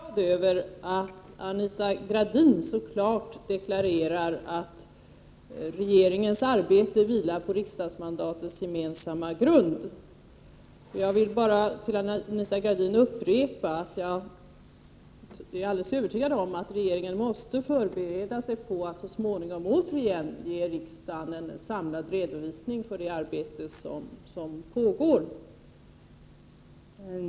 Herr talman! Jag är glad över att Anita Gradin så klart deklarerat att regeringens arbete vilar på riksdagsmandatets gemensamma grund. Jag vill bara till Anita Gradin upprepa att jag är alldeles övertygad om att regeringen måste förbereda sig på att så småningom återigen ge riksdagen en samlad redovisning för det arbete som pågår.